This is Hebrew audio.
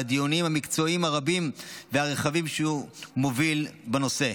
על הדיונים המקצועיים הרבים והרחבים שהוא מוביל בנושא.